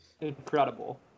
incredible